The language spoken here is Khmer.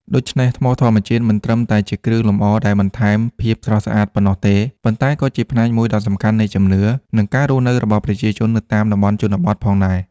ដូច្នេះ ថ្មធម្មជាតិមិនត្រឹមតែជាគ្រឿងលម្អដែលបន្ថែមភាពស្រស់ស្អាតប៉ុណ្ណោះទេ ប៉ុន្តែក៏ជាផ្នែកមួយដ៏សំខាន់នៃជំនឿ និងការរស់នៅរបស់ប្រជាជននៅតាមតំបន់ជនបទផងដែរ។